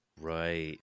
right